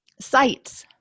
Sights